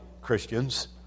Christians